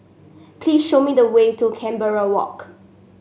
please show me the way to Canberra Walk